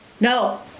No